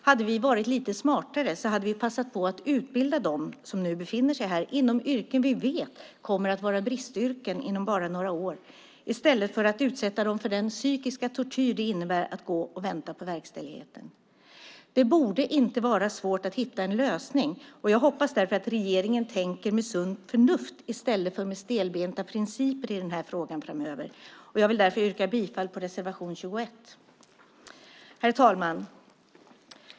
Om vi hade varit lite smartare hade vi passat på att utbilda dem som nu befinner sig här inom yrken som vi vet kommer att vara bristyrken inom bara några år i stället för att utsätta människor för den psykiska tortyr det innebär att gå och vänta på verkställigheten. Det borde inte vara svårt att hitta en lösning. Jag hoppas att regeringen tänker med sunt förnuft i stället för med stelbenta principer i den här frågan framöver. Jag yrkar därför bifall till reservation 21. Herr talman!